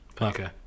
Okay